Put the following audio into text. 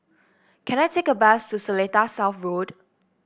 can I take a bus to Seletar South Road